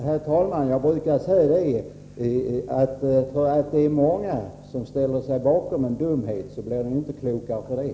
Herr talman! Jag brukar säga att om många ställer sig bakom en dumhet, blir den inte klokare för det.